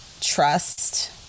trust